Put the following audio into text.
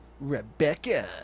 Rebecca